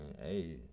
hey